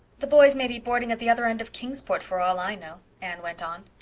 the boys may be boarding at the other end of kingsport, for all i know, anne went on.